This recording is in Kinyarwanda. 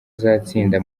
azatsinda